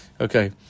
okay